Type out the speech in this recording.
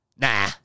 Nah